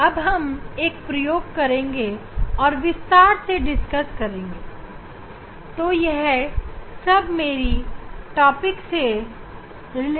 अब हम एक प्रयोग करेंगे और विस्तार से चर्चा करेंगे